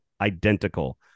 identical